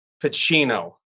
Pacino